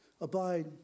abide